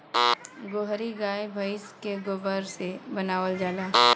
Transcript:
गोहरी गाय भइस के गोबर से बनावल जाला